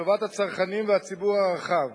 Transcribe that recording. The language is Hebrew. לטובת הצרכנים והציבור הרחב.